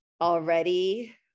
already